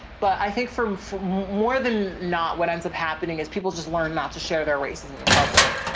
but i think from more than not what ends up happening is people just learn not to share their racism in the public,